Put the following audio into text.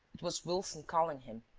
it was wilson calling him.